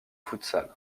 futsal